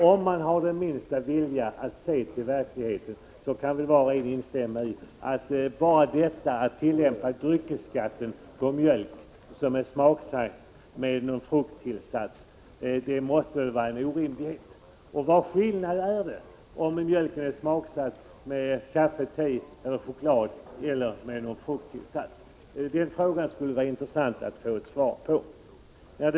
Den som har den minsta vilja att se till verkligheten inser att det är orimligt att tillämpa dryckesskatten på mjölk, som är smaksatt med någon frukttillsats. Vad är det för skillnad om mjölken är smaksatt med kaffe, te, choklad eller någon frukttillsats? Det vore intressant att få svar på den frågan.